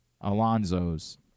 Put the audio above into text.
Alonzo's